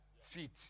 feet